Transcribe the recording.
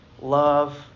love